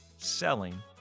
selling